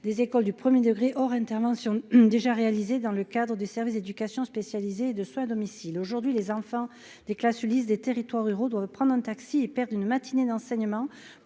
des écoles du 1er degré hors intervention déjà réalisé dans le cadre des services d'éducation spécialisée et de soins à domicile aujourd'hui les enfants des classes Ulis des territoires ruraux doivent prendre un taxi et père d'une matinée d'enseignement